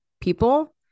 people